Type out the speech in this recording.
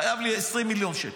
חייב לי 20 מיליון שקל.